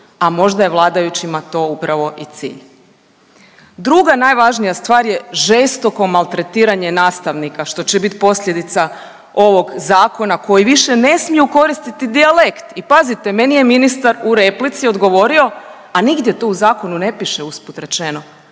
a možda je vladajućima to upravo i cilj. Druga najvažnija stvar je žestoko maltretiranje nastavnika, što će biti posljedica ovog Zakona koji više ne smiju koristiti dijalekt i pazite, meni je ministar u replici odgovorio, a nigdje to u zakonu ne piše, usput rečeno,